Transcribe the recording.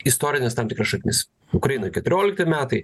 istorines tam tikras šaknis ukrainoj keturiolikti metai